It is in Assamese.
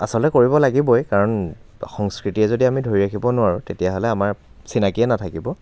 আচলতে কৰিব লাগিবই কাৰণ সংস্কৃতিয়ে যদি আমি ধৰি ৰাখিব নোৱাৰোঁ তেতিয়াহ'লে আমাৰ চিনাকিয়ে নাথাকিব